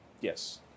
Yes